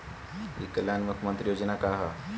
ई कल्याण मुख्य्मंत्री योजना का है?